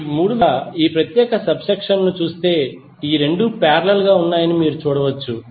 ఇప్పుడు మీరు నెట్వర్క్ యొక్క ఈ ప్రత్యేక సబ్ సెక్షన్ ను చూస్తే ఈ 2 పారేలల్ గా ఉన్నాయని మీరు చూడవచ్చు